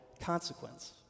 consequence